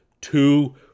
two